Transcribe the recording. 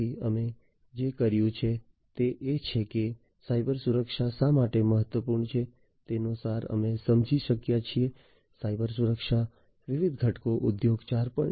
તેથી અમે જે કર્યું છે તે એ છે કે સાયબરસુરક્ષા શા માટે મહત્વપૂર્ણ છે તેનો સાર અમે સમજી શક્યા છીએ સાયબરસુરક્ષાના વિવિધ ઘટકો ઉદ્યોગ 4